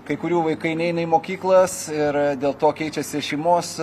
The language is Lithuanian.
kai kurių vaikai neina į mokyklas ir dėl to keičiasi šeimos